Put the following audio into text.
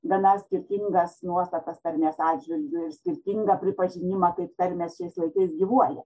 gana skirtingas nuostatas tarmės atžvilgiu ir skirtingą pripažinimą kaip tarmės šiais laikais gyvuoja